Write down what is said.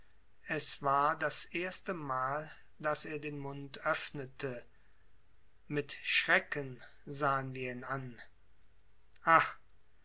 es war das erste mal daß er den mund öffnete mit schrecken sahen wir ihn an ach